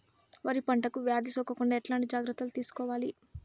వరి పంటకు వ్యాధి సోకకుండా ఎట్లాంటి జాగ్రత్తలు తీసుకోవాలి?